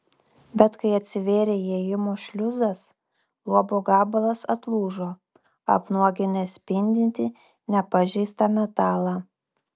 bet kai atsivėrė įėjimo šliuzas luobo gabalas atlūžo apnuoginęs spindintį nepažeistą metalą